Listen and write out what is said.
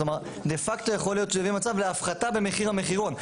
זאת אומרת דה פקטו יכול להיות שהוא יביא למצב להפחתה במחיר המחירון,